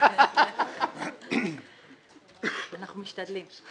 אנחנו משתדלים.